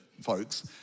folks